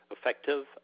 effective